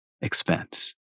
expense